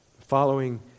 Following